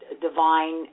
divine